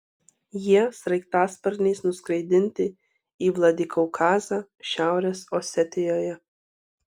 jie sraigtasparniais nuskraidinti į vladikaukazą šiaurės osetijoje